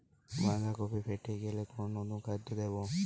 বাঁধাকপি ফেটে গেলে কোন অনুখাদ্য দেবো?